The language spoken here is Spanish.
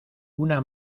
una